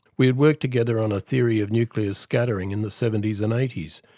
we had worked together on a theory of nuclear scattering in the seventies and eighties,